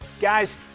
Guys